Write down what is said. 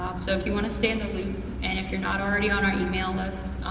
um so if you want to stay in the loop and if you're not already on our email list,